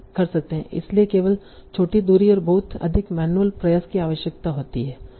इसलिए केवल छोटी दूरी और बहुत अधिक मैनुअल प्रयास की आवश्यकता होती है